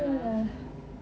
ya